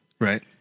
right